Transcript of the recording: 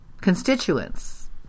constituents